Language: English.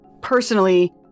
personally